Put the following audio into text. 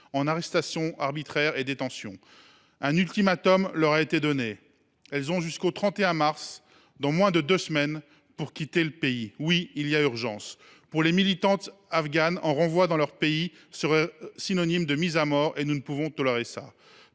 des arrestations arbitraires et en des détentions. Un ultimatum a été donné : ces femmes ont jusqu’au 31 mars prochain, dans moins de deux semaines, pour quitter le pays. J’insiste : il y a urgence ! Pour les militantes afghanes, un renvoi dans leur pays serait synonyme de mise à mort. Nous ne pouvons tolérer cela.